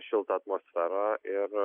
šilta atmosfera ir